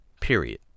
period